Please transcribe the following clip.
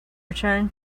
return